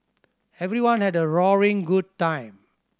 everyone had a roaring good time